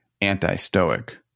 anti-Stoic